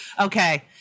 Okay